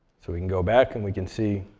so we can go back, and we can see